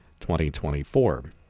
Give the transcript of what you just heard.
2024